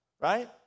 right